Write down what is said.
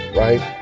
right